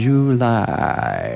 July